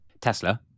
tesla